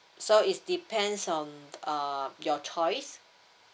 so it's depends on uh your choice